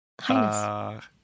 Highness